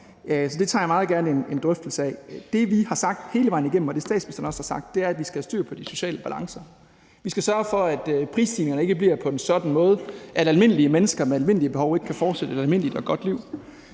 Så det tager jeg meget gerne en drøftelse af. Det, vi har sagt hele vejen igennem, og det, statsministeren også har sagt, er, at vi skal have styr på de sociale balancer. Vi skal sørge for, at prisstigningerne ikke bliver på en sådan måde, at almindelige mennesker med almindelige behov ikke kan fortsætte et almindeligt og godt liv.